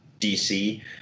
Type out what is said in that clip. DC